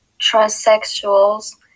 transsexuals